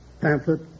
pamphlet